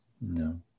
No